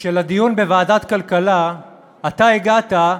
שלדיון בוועדת הכלכלה אתה הגעת,